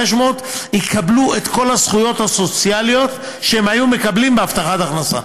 יקבלו את כל הזכויות הסוציאליות שהיו מקבלים בהבטחת הכנסה.